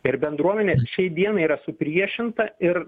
ir bendruomenės šiai dienai yra supriešinta ir